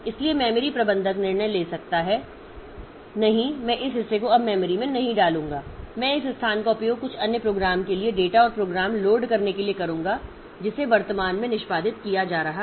इसलिए मेमोरी प्रबंधक निर्णय ले सकता है नहीं मैं इस हिस्से को अब मेमोरी में नहीं डालूंगा मैं इस स्थान का उपयोग कुछ अन्य प्रोग्राम के लिए डेटा और प्रोग्राम लोड करने के लिए करूंगा जिसे वर्तमान में निष्पादित किया जा रहा है